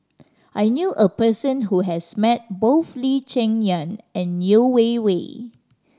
I knew a person who has met both Lee Cheng Yan and Yeo Wei Wei